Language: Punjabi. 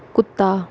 ਕੁੱਤਾ